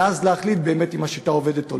ואז להחליט באמת אם השיטה עובדת או לא.